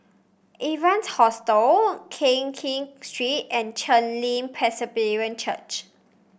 Evans Hostel Keng Kiat Street and Chen Li Presbyterian Church